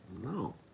No